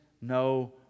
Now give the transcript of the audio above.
no